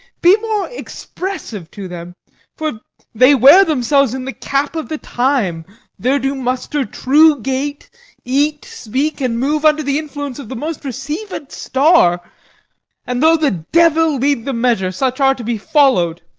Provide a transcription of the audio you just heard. be more expressive to them for they wear themselves in the cap of the time there do muster true gait eat, speak, and move, under the influence of the most receiv'd star and though the devil lead the measure, such are to be followed.